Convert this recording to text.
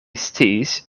sciis